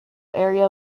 area